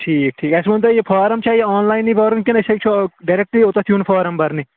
ٹھیٖک ٹھیٖک اَسہِ ؤنۍ تَو یہِ فارم چھا یہِ آنلاینٕے بَرُن کِنہٕ أسۍ ہیٚکو ڈَرٮ۪کٹٕے اوٚتَتھ یُن فارَم بَرنہِ